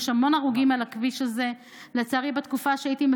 יש המון הרוגים על הכביש הזה.